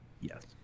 Yes